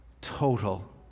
total